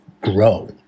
grow